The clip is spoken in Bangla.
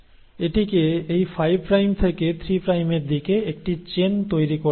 এটিকে এই 5 প্রাইম থেকে 3 প্রাইমের দিকে একটি চেন তৈরি করতে হবে